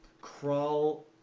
crawl